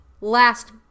last